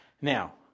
Now